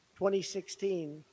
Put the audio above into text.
2016